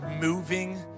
moving